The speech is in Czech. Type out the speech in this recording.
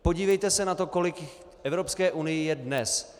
Podívejte se na to, kolik jich v Evropské unii je dnes.